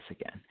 again